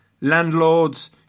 landlords